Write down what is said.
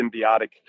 symbiotic